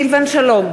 סילבן שלום,